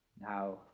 Now